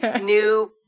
new